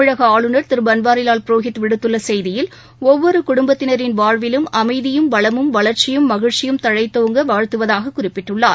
தமிழகஆளுநர் திருபன்வாரிலால் புரோஹித் விடுத்துள்ள செய்தியில் ஒவ்வொருகுடும்பத்தினாின் வாழ்விலும் அமைதியும் வளமும் வளர்ச்சியும் மகிழ்ச்சியும் தழைத்தோங்க வாழ்த்துவதாகக் குறிப்பிட்டுள்ளார்